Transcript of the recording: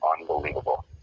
unbelievable